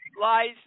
lies